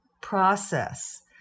process